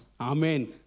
Amen